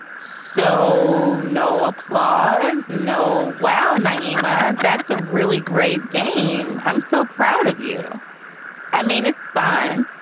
so no applause. no! wow. nyima, that's a really great game. i'm so proud of you i mean, it's fine.